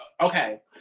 Okay